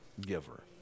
giver